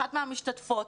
אחת מהמשתתפות,